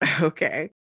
Okay